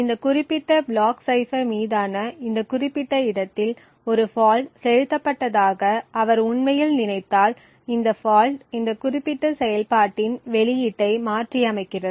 இந்த குறிப்பிட்ட block cipher மீதான இந்த குறிப்பிட்ட இடத்தில் ஒரு ஃபால்ட் செலுத்தப்பட்டதாக அவர் உண்மையில் நினைத்தால் இந்த ஃபால்ட் இந்த குறிப்பிட்ட செயல்பாட்டின் வெளியீட்டை மாற்றியமைக்கிறது